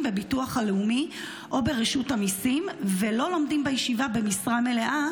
בביטוח הלאומי או ברשות המיסים ולא לומדים בישיבה במשרה מלאה,